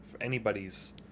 anybody's